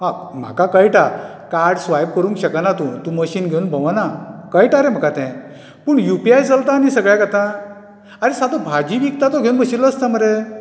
आं म्हाका कळटा कार्ड स्वायप करूंक शकना तूं तूं मशीन घेवन भोंवना कळटा रे म्हाका तें पूण यूपिआय चलता न्ही सगळ्याक आतां आरे सादो भाजी विकता तो घेवन बशिल्लो आसता मरे